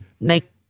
make